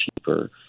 cheaper